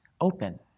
Open